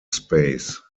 space